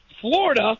florida